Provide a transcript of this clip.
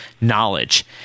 knowledge